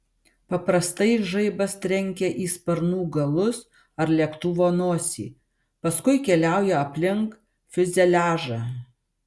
paprastai žaibas trenkia į sparnų galus ar lėktuvo nosį paskui keliauja aplink fiuzeliažą